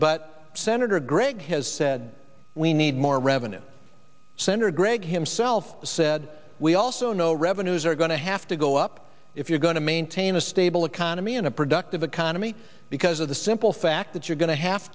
but senator gregg has said we need more revenue senator gregg himself said we also know revenues are going to have to go up if you're going to maintain a stable economy in a productive economy because of the simple fact that you're going to have